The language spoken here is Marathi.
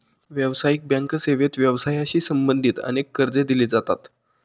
व्यावसायिक बँक सेवेत व्यवसायाशी संबंधित अनेक कर्जे दिली जातात